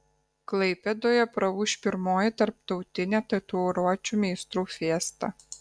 klaipėdoje praūš pirmoji tarptautinė tatuiruočių meistrų fiesta